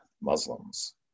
Muslims